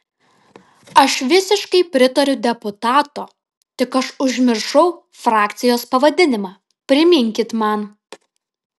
aš visiškai pritariu deputato tik aš užmiršau frakcijos pavadinimą priminkit man